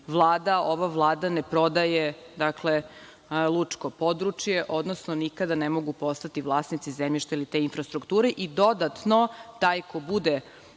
ova Vlada ne prodaje lučko područje, odnosno nikada ne mogu postati vlasnici zemljišta ili te infrastrukture i, dodatno, taj ko bude